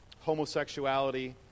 homosexuality